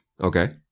Okay